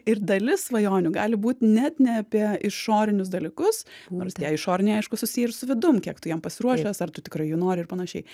ir dalis svajonių gali būt net ne apie išorinius dalykus nors tie išoriniai aišku susiję ir su vidum kiek tu jiem pasiruošęs ar tu tikrai jų nori ir panašiai